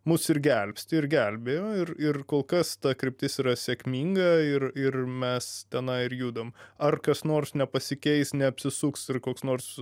mus ir gelbsti ir gelbėjo ir ir kol kas ta kryptis yra sėkminga ir ir mes tenai ir judam ar kas nors nepasikeis neapsisuks ir koks nors